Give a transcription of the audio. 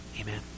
Amen